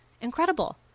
Incredible